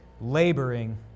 laboring